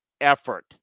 effort